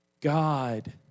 God